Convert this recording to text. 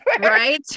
right